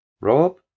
Rob